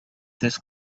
this